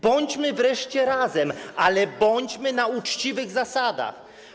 Bądźmy wreszcie razem, ale bądźmy na uczciwych zasadach.